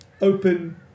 open